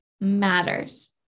matters